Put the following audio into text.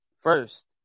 first